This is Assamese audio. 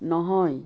নহয়